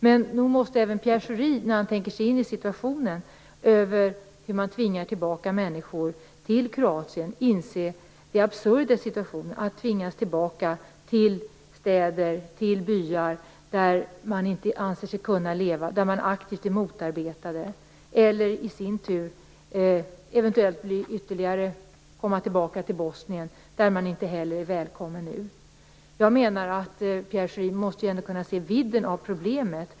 Men nog måste även Pierre Schori, när han tänker sig in i situationen hur man tvingar tillbaka människor till Kroatien, inse det absurda i situationen att människor tvingas tillbaka till städer och byar där de inte anser sig kunna leva och där de aktivt är motarbetade eller att de eventuellt kommer tillbaka till Bosnien där de inte heller är välkomna nu. Pierre Schori måste ändå kunna se vidden av problemet.